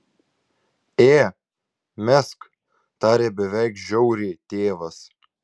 ė mesk tarė beveik žiauriai tėvas